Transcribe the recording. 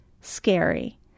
scary